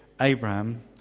Abraham